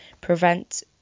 prevent